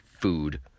food